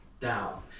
down